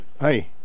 Hi